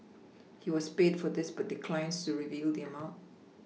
he was paid for this but declines to reveal the amount